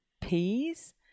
peas